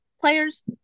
Players